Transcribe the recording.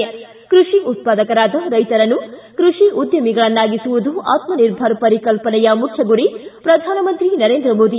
ಿ ಕೃಷಿ ಉತ್ಪಾದಕರಾದ ರೈತರನ್ನು ಕೃಷಿ ಉದ್ದಮಿಗಳನ್ನಾಗಿಸುವುದು ಆತ್ಮಿರ್ಭರ ಪರಿಕಲ್ಪನೆಯ ಮುಖ್ಯ ಗುರಿ ಪ್ರಧಾನಮಂತ್ರಿ ನರೇಂದ್ರ ಮೋದಿ